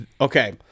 okay